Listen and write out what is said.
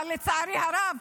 אבל לצערי הרב,